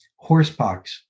horsepox